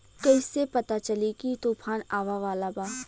कइसे पता चली की तूफान आवा वाला बा?